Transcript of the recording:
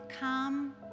come